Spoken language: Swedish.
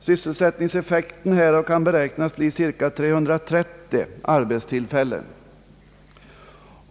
Sysselsättningseffekten härav kan beräknas bli cirka 330 arbetstillfällen.